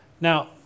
Now